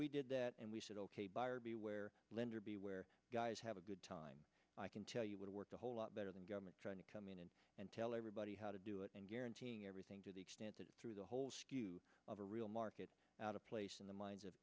we did that and we said ok buyer beware lender be where guys have a good time i can tell you what works a whole lot better than government trying to come in and tell everybody how to do it and guaranteeing everything to the extent that through the whole skew of a real market out of place in the minds of